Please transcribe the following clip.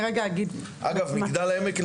אגב מגדל העמק,